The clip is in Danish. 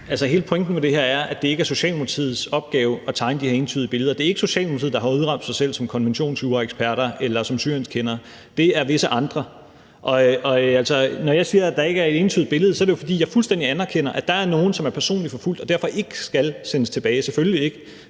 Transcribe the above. ved det her er, at det ikke er Socialdemokratiets opgave at tegne de her entydige billeder. Det er ikke Socialdemokratiet, der har udråbt sig selv som konventionsjuraeksperter eller som Syrienskendere, det er visse andre, og når jeg altså siger, at der ikke er et entydigt billede, er det jo, fordi jeg fuldstændig anerkender, at der er nogle, som er personligt forfulgt og derfor ikke skal sendes tilbage, selvfølgelig ikke,